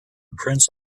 prince